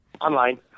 Online